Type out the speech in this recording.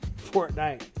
Fortnite